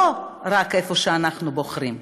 לא רק איפה שאנחנו בוחרים,